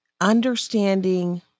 Understanding